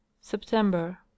september